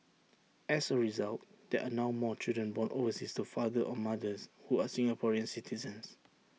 as A result there are now more children born overseas to fathers or mothers who are Singaporean citizens